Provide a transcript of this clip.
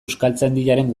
euskaltzaindiaren